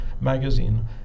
magazine